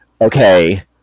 Okay